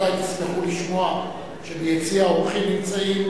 בוודאי תשמחו לשמוע שביציע האורחים נמצאים